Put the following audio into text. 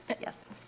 Yes